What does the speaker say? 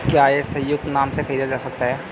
क्या ये संयुक्त नाम से खरीदे जा सकते हैं?